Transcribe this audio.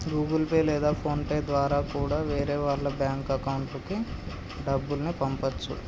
Google Pay లేదా PhonePe ద్వారా కూడా వేరే వాళ్ళ బ్యేంకు అకౌంట్లకి డబ్బుల్ని పంపచ్చు